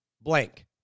blank